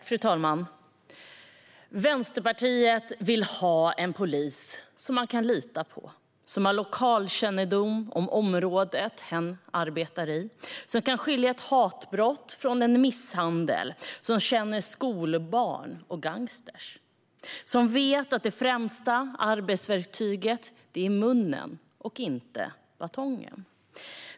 Fru talman! Vänsterpartiet vill ha en polis som man kan lita på, som har lokalkännedom om området den arbetar i, som kan skilja ett hatbrott från en misshandel, som känner skolbarn och gangstrar och som vet att det främsta arbetsverktyget är munnen och inte batongen.